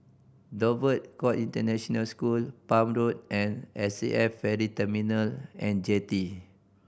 Dover Court International School Palm Road and S A F Ferry Terminal And Jetty